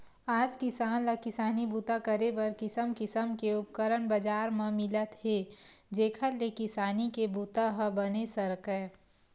आज किसान ल किसानी बूता करे बर किसम किसम के उपकरन बजार म मिलत हे जेखर ले किसानी के बूता ह बने सरकय